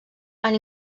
han